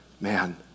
man